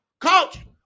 coach